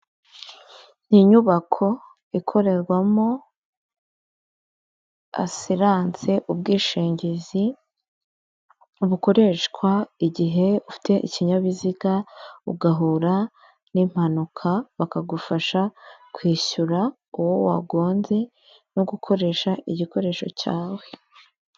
Ni inyubako ikorerwamo asiranse, ubwishingizi bukoreshwa igihe ufite ikinyabiziga ugahura n'impanuka, bakagufasha kwishyura uwo wagonze, no gukoresha igikoresho cyawe.